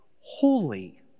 holy